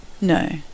No